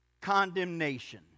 condemnation